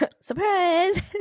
surprise